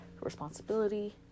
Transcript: responsibility